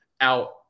out